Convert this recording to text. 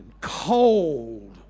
cold